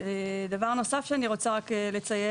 דבר נוסף שאני רוצה לציין,